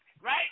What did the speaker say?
right